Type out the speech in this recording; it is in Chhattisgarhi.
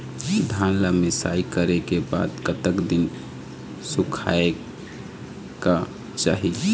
धान ला मिसाई करे के बाद कतक दिन सुखायेक चाही?